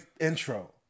intro